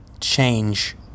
change